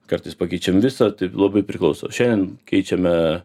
kartais pakeičiam visą tai labai priklauso šiandien keičiame